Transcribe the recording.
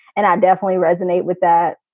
and i definitely resonate with that.